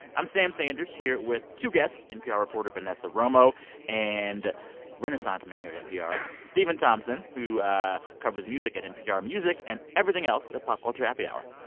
i'm sam sanders, here with two guests npr reporter vanessa romo and renaissance man here at npr stephen thompson, who covers music at npr music and everything else at pop culture happy hour.